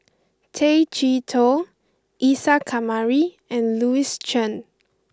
Tay Chee Toh Isa Kamari and Louis Chen